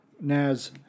Naz